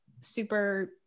super